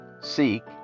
seek